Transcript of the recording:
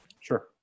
Sure